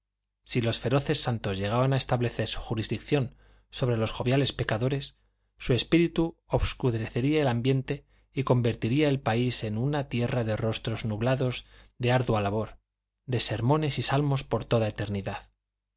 si los feroces santos llegaban a establecer su jurisdicción sobre los joviales pecadores su espíritu obscurecería el ambiente y convertiría el país en una tierra de rostros nublados de ardua labor de sermones y salmos por toda la eternidad